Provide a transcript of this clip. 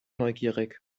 neugierig